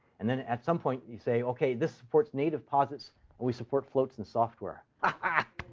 and then at some point, you say, ok, this supports native posits, and we support floats in software. ah